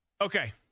Okay